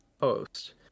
post